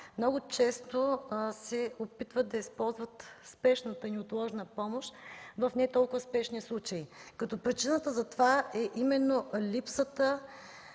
много често се опитват да използват спешната и неотложна помощ в не толкова спешни случаи, като причината за това е именно липсата